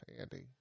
andy